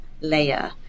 layer